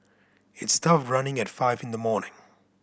it's tough running at five in the morning